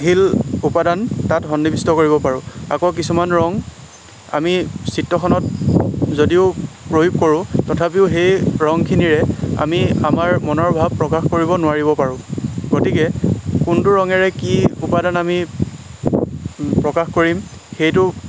শিল উপাদান তাত সন্নিবিষ্ট কৰিব পাৰোঁ আকৌ কিছুমান ৰং আমি চিত্ৰখনত যদিও প্ৰয়োগ কৰোঁ তথাপিও সেই ৰংখিনিৰে আমি আমাৰ মনৰ ভাৱ প্ৰকাশ কৰিব নোৱাৰিব পাৰোঁ গতিকে কোনটো ৰঙেৰে কি উপাদান আমি প্ৰকাশ কৰিম সেইটো